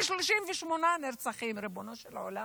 238 נרצחים, ריבונו של עולם,